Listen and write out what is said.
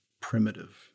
primitive